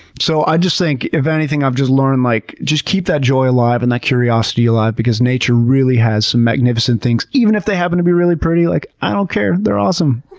so i just think if anything, i've just learned, like just keep that joy alive and that curiosity alive because nature really has some magnificent things. even if they happen to be really pretty. like i don't care! they're awesome!